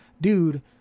dude